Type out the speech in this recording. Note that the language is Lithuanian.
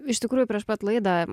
iš tikrųjų prieš pat laidą